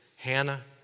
Hannah